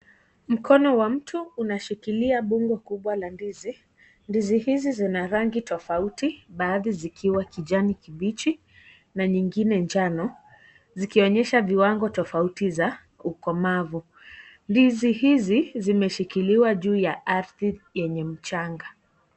Mkono wa mtu unashikilia fungu kubwa la ndizi. Ndizi hizi, zina rangi tofauti, baadhi zikiwa kijani kibichi na nyingine njano. Zikionyesha viwango tofauti za ukomavu. Ndizi hizi, zimeshikiliwa juu ya ardhi yenye mchanga.